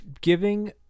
giving